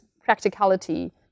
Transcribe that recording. practicality